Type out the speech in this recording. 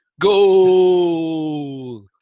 Goal